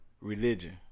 religion